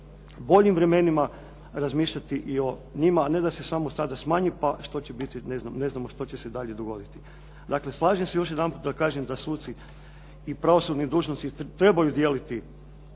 boljim vremenima razmišljati i o njima, a ne da se samo sada smanji, pa što će biti ne znamo što će se dalje dogoditi. Dakle, slažem se još jedanput da kažem da suci i pravosudni dužnosnici trebaju dijeliti